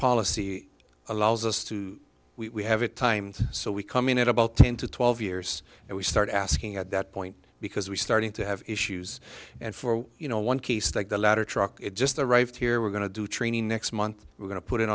policy allows us to we have it time so we come in at about ten to twelve years and we start asking at that point because we started to have issues and for you know one case that the ladder truck just the right here we're going to do training next month we're going to put it